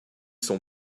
son